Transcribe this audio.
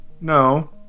No